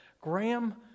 Graham